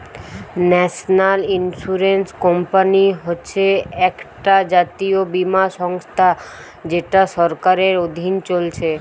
national insurance company হচ্ছে একটা জাতীয় বীমা সংস্থা যেটা সরকারের অধীনে চলছে